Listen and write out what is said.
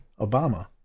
Obama